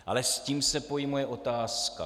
Ale s tím se pojí i moje otázka.